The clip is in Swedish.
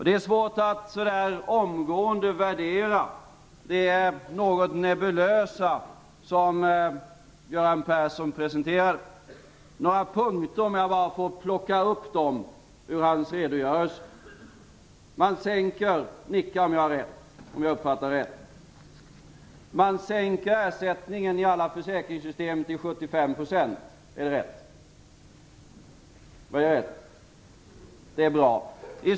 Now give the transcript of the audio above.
Det är svårt att så här omgående värdera det något nebulösa som Göran Persson presenterade. Men jag skall plocka ut några punkter ur hans redogörelse. Om jag uppfattade det rätt vill man sänka ersättningen i alla försäkringssystem till 75 %. Är det rätt?